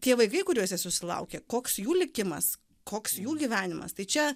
tie vaikai kuriuos jis susilaukė koks jų likimas koks jų gyvenimas tai čia